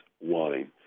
wine